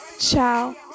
Ciao